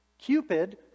Cupid